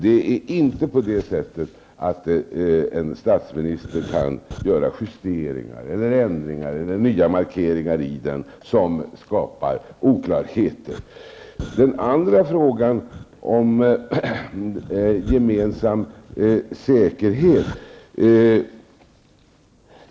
En statsminister kan inte göra justeringar, ändringar eller nya markeringar i den politiken som skapar oklarheter. Den andra frågan handlar om gemensam säkerhet.